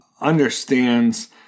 understands